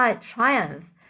triumph